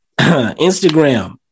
Instagram